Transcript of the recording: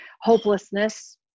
hopelessness